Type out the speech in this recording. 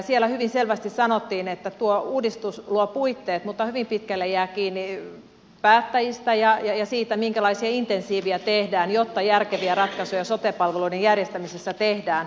siellä hyvin selvästi sanottiin että tuo uudistus luo puitteet mutta hyvin pitkälle jää kiinni päättäjistä ja siitä minkälaisia insentiivejä tehdään jotta järkeviä ratkaisuja sote palveluiden järjestämisessä tehdään